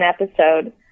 episode